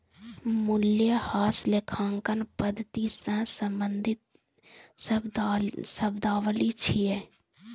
मूल्यह्रास लेखांकन पद्धति सं संबंधित शब्दावली छियै